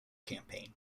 campaign